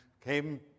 came